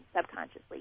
subconsciously